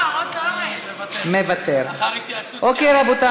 אינה נוכחת, חברת הכנסת עאידה תומא סלימאן, אינה